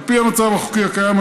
על פי המצב החוקי הקיים,